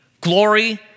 Glory